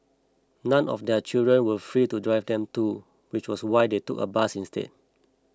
none of their children were free to drive them to which was why they took a bus instead